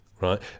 right